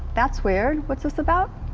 that's weird. what's this about?